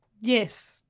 Yes